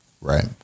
Right